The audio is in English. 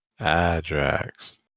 Adrax